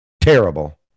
Terrible